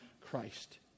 Christ